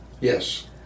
Yes